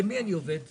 למה אחרי זה?